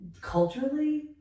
culturally